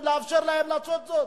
לאפשר להם לעשות זאת.